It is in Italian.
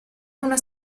una